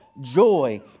joy